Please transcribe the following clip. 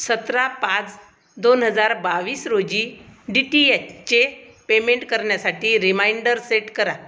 सतरा पाच दोन हजार बावीस रोजी डी टी एच्चे पेमेंट करण्यासाठी रिमाईंडर सेट करा